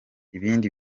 ibindi